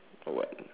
or what